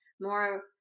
more